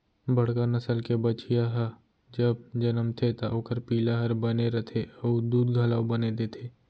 बड़का नसल के बछिया ह जब जनमथे त ओकर पिला हर बने रथे अउ दूद घलौ बने देथे